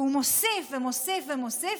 והוא מוסיף ומוסיף ומוסיף: